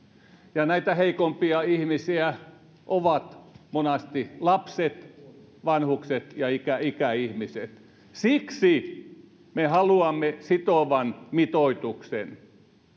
näitä heikompia ihmisiä ovat monasti lapset vanhukset ja ikäihmiset siksi me haluamme sitovan mitoituksen